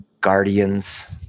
guardians